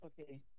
Okay